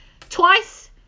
twice